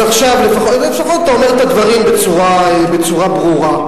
לפחות אתה אומר את הדברים בצורה ברורה.